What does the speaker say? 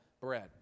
bread